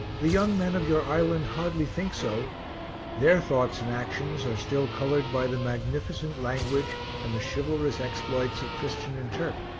the young men of your island hardly think so their thoughts and actions are still coloured by the magnificent language and the chivalrous exploits of christian and turk.